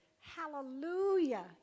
Hallelujah